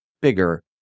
bigger